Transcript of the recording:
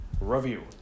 review